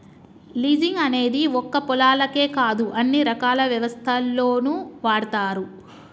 leasing అనేది ఒక్క పొలాలకే కాదు అన్ని రకాల వ్యవస్థల్లోనూ వాడతారు